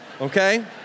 Okay